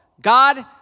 God